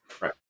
Right